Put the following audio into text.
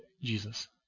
Jesus